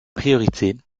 priorités